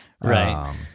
Right